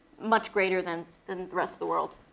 much greater than than the rest of the world.